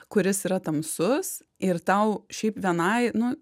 kuris yra tamsus ir tau šiaip vienai nu